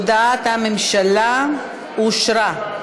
הודעת הממשלה אושרה.